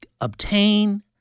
obtain